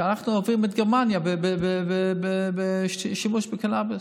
ואנחנו עוברים את גרמניה בשימוש בקנביס.